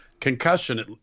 concussion